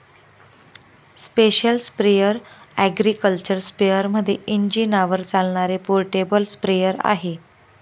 special sprayer agriculture स्पेअरमध्ये इंजिनावर चालणारे पोर्टेबल स्प्रेअर आहे